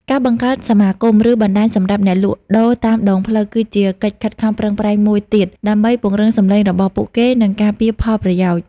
ការបង្កើតសមាគម ឬបណ្តាញសម្រាប់អ្នកលក់ដូរតាមដងផ្លូវ គឺជាកិច្ចខិតខំប្រឹងប្រែងមួយទៀតដើម្បីពង្រឹងសំឡេងរបស់ពួកគេ និងការពារផលប្រយោជន៍ ។